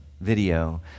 video